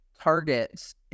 targets